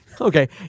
Okay